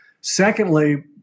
Secondly